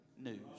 news